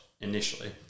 initially